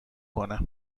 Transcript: کنه